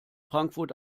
frankfurt